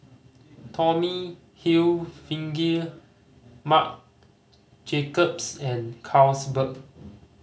Tommy Hilfiger Marc Jacobs and Carlsberg